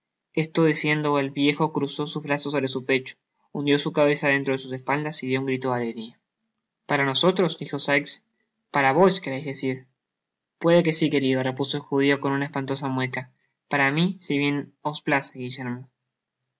esto diciendo el viejo cruzó sus brazos sobre su pecho hundió su cabeza dentro sus espaldas y dio un grito de alegria para nosoiros dijo sikes para vos quereis decir pueda que si querido repuso el judio con una espantosa mueca para mi si bien os